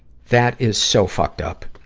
that is so fucked up.